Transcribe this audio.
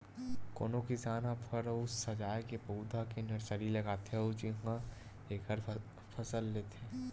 कोनो किसान ह फर अउ सजाए के पउधा के नरसरी लगाथे अउ उहां एखर फसल लेथे